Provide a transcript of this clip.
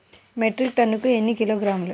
Metric టన్నుకు ఎన్ని కిలోగ్రాములు?